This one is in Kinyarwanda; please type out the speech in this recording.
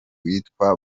witwa